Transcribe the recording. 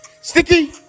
Sticky